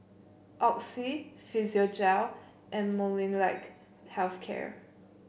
Oxy Physiogel and Molnylcke Health Care